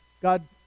God